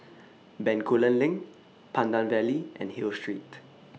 Bencoolen LINK Pandan Valley and Hill Street